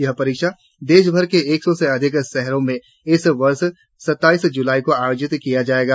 यह परीक्षा देशभर के एक सौ से अधिक शहरों में इस वर्ष सत्ताईस जुलाई को आयोजित किया जाएगा